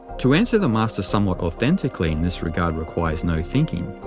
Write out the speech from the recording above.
to answer the master somewhat authentically in this regard requires no thinking,